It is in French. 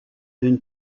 d’une